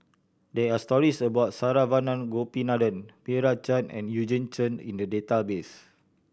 there are stories about Saravanan Gopinathan Meira Chand and Eugene Chen in the database